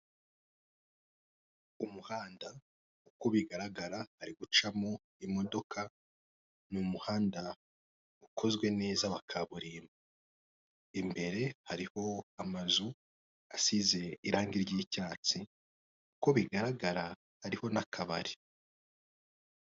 Umuhanda uko bigaragara hari gucamo imodoka, ni umuhanda ukozwe neza wa kaburimbo, imbere hariho amazu asize irangi ry'icyatsi uko bigaragara hariho n'akabari.